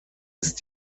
ist